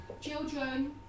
Children